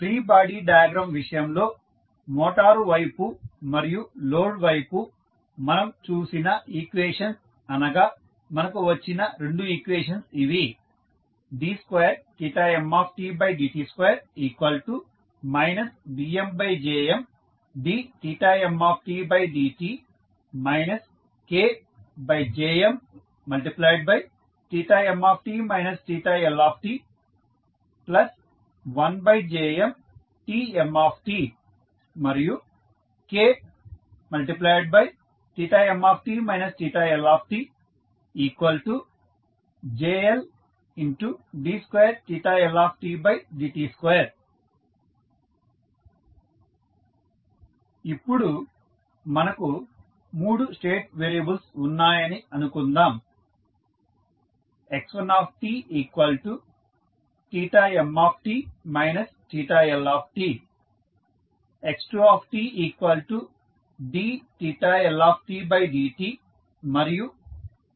free body diagram విషయంలో motor వైపు మరియు లోడ్ వైపు మనం చూసిన ఈక్వేషన్స్ అనగా మనకు వచ్చిన 2 ఈక్వేషన్స్ ఇవి d2mdt2 BmJmdmtdt KJmmt Lt1JmTmt Kmt LJLd2Ldt2 ఇప్పుడు మనకు 3 స్టేట్ వేరియబుల్స్ ఉన్నాయని అనుకుందాం x1tmt Lt x2tdLtdt మరియు x3tdmdt